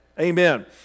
Amen